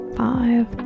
five